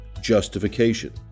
justification